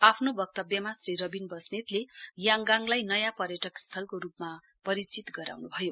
आफ्नो वक्तव्यमा श्री रबिन बस्नेतले याङगाङलाई नयाँ पर्यटक स्थलको रूपमा परिचित गराउनु भयो